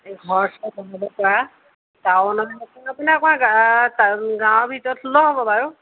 এই ঘৰ চৰ বনাবপৰা টাউনত আপুনি অকণমান গাঁৱৰ ভিতৰত হ'লেও হ'ব বাৰু